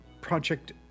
project